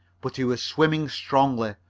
but he was swimming strongly,